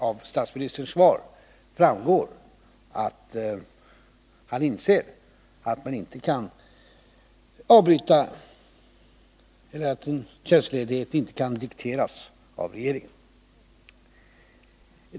Av statsministerns svar framgår också att han inser att en tjänstledighet inte kan dikteras av regeringen.